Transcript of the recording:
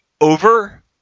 over